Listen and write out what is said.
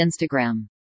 Instagram